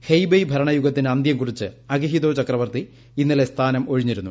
ഹെയ്ബെയ് ഭരണയുഗത്തിന് അന്ത്യംകുറിച്ച് അകിഹിതോ ചക്രവർത്തി ഇന്നലെ സ്ഥാനം ഒഴിഞ്ഞിരുന്നു